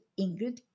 Ingrid